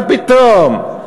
מה פתאום?